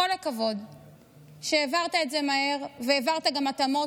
כל הכבוד שהעברת את זה מהר, והעברת גם התאמות.